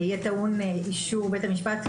יהיה טעון אישור בית המשפט.